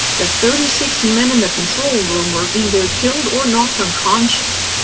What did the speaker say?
the thirty six men in the control room were either killed or knocked unconscious.